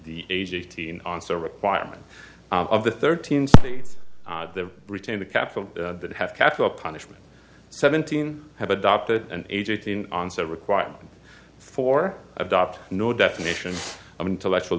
the age eighteen and so requirement of the thirteen states to retain the capital that have capital punishment seventeen have adopted an age eighteen onset requirement for adopt no definition of intellectual